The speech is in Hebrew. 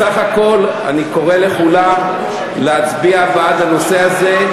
בסך הכול אני קורא לכולם להצביע בעד הנושא הזה,